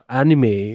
anime